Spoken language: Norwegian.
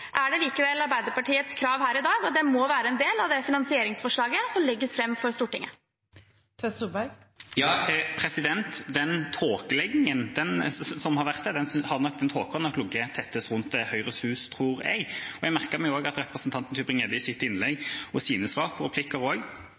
er operasjonalisere, og at den ikke er riktig, er det likevel Arbeiderpartiets krav her i dag at dette må være en del av det finansieringsforslaget som legges fram for Stortinget? Ja, den tåkeleggingen, den tåken som har vært der, har nok ligget tettest rundt Høyres Hus, tror jeg. Jeg merket meg også at representanten Tybring-Gjedde i sitt innlegg og i sine svar på replikker